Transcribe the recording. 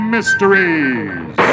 Mysteries